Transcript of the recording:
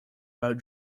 about